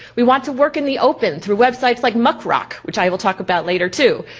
we want to work in the open through websites like muckrock, which i will talk about later too.